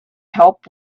help